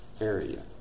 area